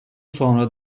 sonra